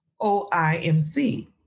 OIMC